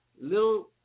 little